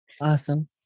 Awesome